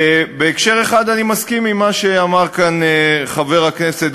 ובהקשר אחד אני מסכים עם מה שאמר כאן חבר הכנסת